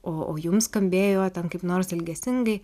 o jums skambėjo ten kaip nors ilgesingai